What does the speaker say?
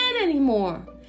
anymore